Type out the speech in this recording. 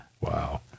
Wow